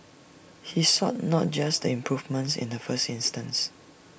he sought not just the improvements in the first instance